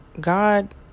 God